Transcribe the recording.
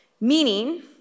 Meaning